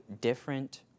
different